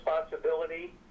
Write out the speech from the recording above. responsibility